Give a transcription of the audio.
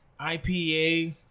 IPA